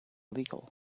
legal